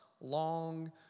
long